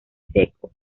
seco